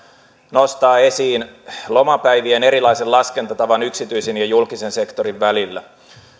nostaa esiin lomapäivien erilaisen laskentatavan yksityisen ja julkisen sektorin välillä